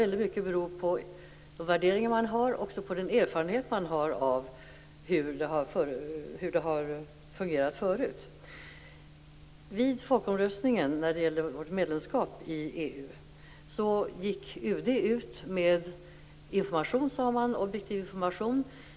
Väldigt mycket beror på de värderingar man har och de erfarenheter som finns av hur det hela har fungerat förut. gick UD ut med s.k. objektiv information.